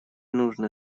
нужно